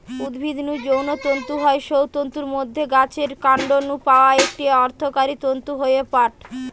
উদ্ভিদ নু যৌ তন্তু হয় সৌ তন্তুর মধ্যে গাছের কান্ড নু পাওয়া একটি অর্থকরী তন্তু হয়ঠে পাট